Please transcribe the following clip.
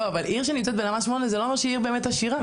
עיר שנמצאת בלמ"ס 8 זה לא אומר שהיא עיר באמת עשירה.